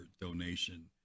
donation